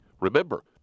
Remember